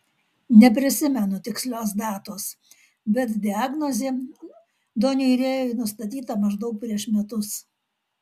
neprisimenu tikslios datos bet diagnozė doniui rėjui nustatyta maždaug prieš metus